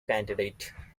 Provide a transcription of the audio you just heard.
candidate